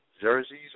jerseys